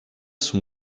son